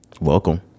Welcome